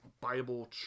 Bible